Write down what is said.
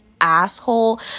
asshole